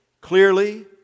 clearly